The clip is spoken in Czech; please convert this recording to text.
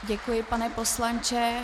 Děkuji, pane poslanče.